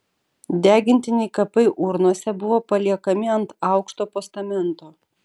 degintiniai kapai urnose buvo paliekami ant aukšto postamento